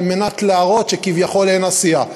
כדי להראות שכביכול אין עשייה.